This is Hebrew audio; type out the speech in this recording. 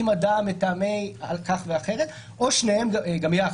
אדם מטעמי כך ואחרת או שניהם גם יחד,